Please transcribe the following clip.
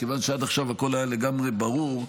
מכיוון שעד עכשיו הכול היה לגמרי ברור,